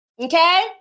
Okay